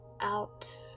out